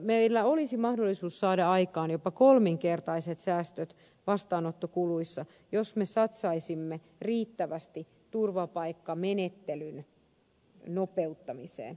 meillä olisi mahdollisuus saada aikaan jopa kolminkertaiset säästöt vastaanottokuluissa jos me satsaisimme riittävästi turvapaikkamenettelyn nopeuttamiseen